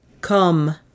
Come